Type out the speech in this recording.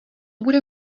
bude